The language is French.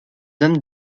hommes